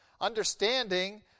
understanding